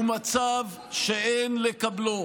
הוא מצב שאין לקבלו.